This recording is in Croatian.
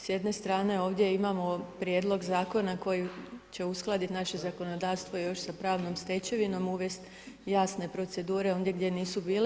S jedne strane ovdje imamo prijedlog zakona koji će uskladiti naše zakonodavstvo još sa pravnom stečevinom, uvesti jasne procedure ondje gdje nisu bile.